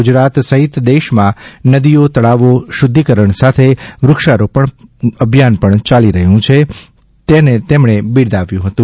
ગુજરાત સહિત દેશમાં નદીઓ તળાવો શુદ્ધિકરણ સાથે વૃક્ષારોપણ અભિયાન ચાલી રહ્યું છે તેને તેમણે બિરદાવ્યું હતું